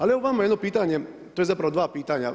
Ali evo vama jedno pitanje tj. zapravo dva pitanja.